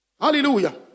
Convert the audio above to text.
hallelujah